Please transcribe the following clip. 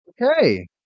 Okay